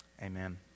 amen